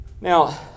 Now